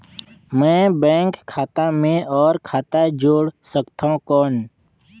मैं बैंक खाता मे और खाता जोड़ सकथव कौन?